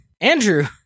Andrew